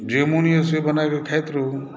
जे मोन होइया से बनायकऽ खाइतत रहू